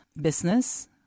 business